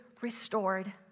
restored